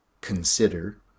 consider